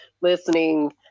listening